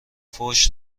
فحش